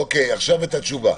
עכשיו את התשובה.